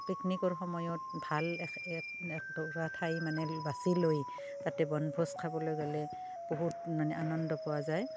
পিকনিকৰ সময়ত ভাল একটুকুৰা ঠাই মানে বাছি লৈ তাতে বনভোজ খাবলৈ গ'লে বহুত মানে আনন্দ পোৱা যায়